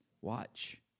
watch